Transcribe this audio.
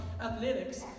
athletics